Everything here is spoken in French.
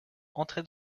entrait